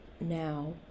now